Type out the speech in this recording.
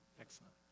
Excellent